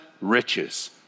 riches